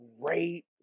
great